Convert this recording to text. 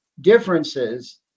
differences